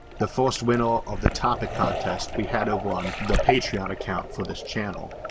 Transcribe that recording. the first winner of the topic contest we had over on the patreon account for this channel.